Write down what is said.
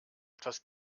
etwas